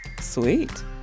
Sweet